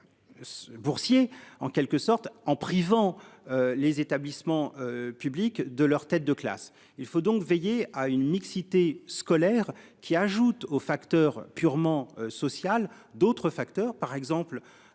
Boursiers en quelque sorte en privant les établissements publics de leur têtes de classe. Il faut donc veiller à une mixité scolaire qui ajoute au facteurs purement social, d'autres facteurs, par exemple.